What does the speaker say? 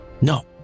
No